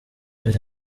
biri